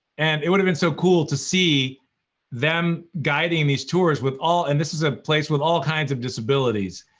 and it would've been so cool to see them guiding these tours with all, and this is a place with all kinds of disabilities.